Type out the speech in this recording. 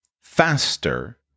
faster